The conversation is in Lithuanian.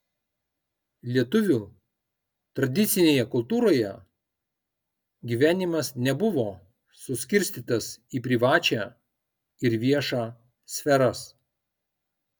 lietuvių tradicinėje kultūroje gyvenimas nebuvo suskirstytas į privačią ir viešą sferas